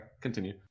Continue